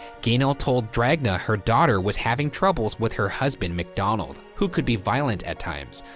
gaynell told dragna her daughter was having troubles with her husband macdonald, who could be violent at times.